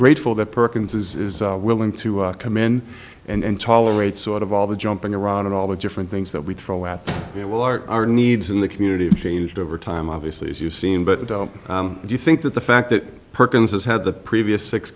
grateful that perkins is willing to come in and tolerate sort of all the jumping around and all the different things that we throw at you know well our needs in the community changed over time obviously as you've seen but do you think that the fact that perkins has had the previous six